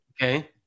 Okay